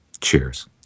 Cheers